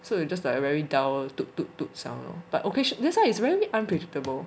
so it's just like a dull tuk tuk tuk sound you know but occasion~ this one is very unpredictable